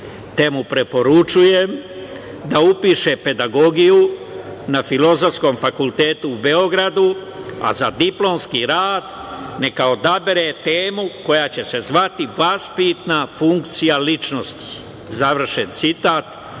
Te mu preporučujem da upiše pedagogiju na Filozofskom fakultetu u Beogradu, a za diplomski rad neka odabere temu koja će se zvati - vaspitana funkcija ličnosti, završen citat.